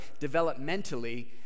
developmentally